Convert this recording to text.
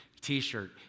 T-shirt